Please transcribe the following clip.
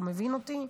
אתה מבין אותי?